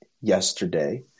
yesterday